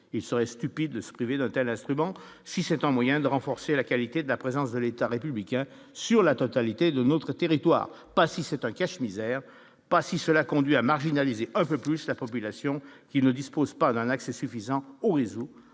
il serait stupide de se priver de tels instruments si c'est un moyen de renforcer la qualité de la présence de l'État républicain sur la totalité de notre territoire, pas si c'est un cache-misère pas si cela conduit à marginaliser un peu plus la population qui ne dispose pas d'un accès suffisant aux ou